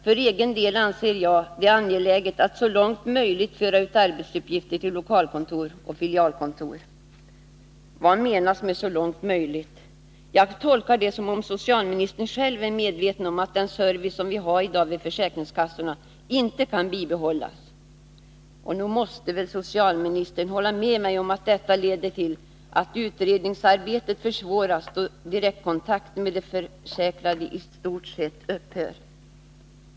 —-—— För egen del anser jag det angeläget att så långt möjligt föra ut arbetsuppgifter till lokalkontor och filialexpeditioner ——=-.” Vad menas med så långt möjligt? Jag tolkar det som att socialministern själv är medveten om att den service som vi har i dag vid försäkringskassorna inte kan bibehållas. Nog måste väl socialministern hålla med mig om att detta leder till att utredningsarbetet försvåras, då direktkontakten med de försäkrade i stort sett upphör.